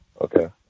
okay